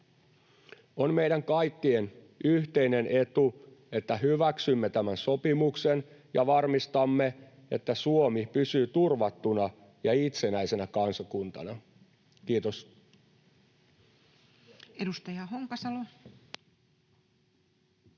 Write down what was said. On meidän kaikkien yhteinen etu, että hyväksymme tämän sopimuksen ja varmistamme, että Suomi pysyy turvattuna ja itsenäisenä kansakuntana. — Kiitos.